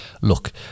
Look